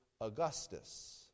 Augustus